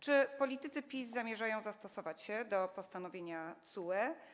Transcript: Czy politycy PiS zamierzają zastosować się do postanowienia TSUE?